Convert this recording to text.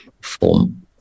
form